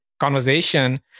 conversation